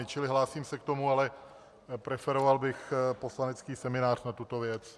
Čili hlásím se k tomu, ale preferoval bych poslanecký seminář na tuto věc.